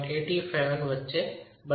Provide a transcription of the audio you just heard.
85 વચ્ચે બદલાય છે